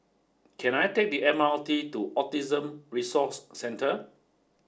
can I take the M R T to Autism Resource Centre